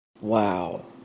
wow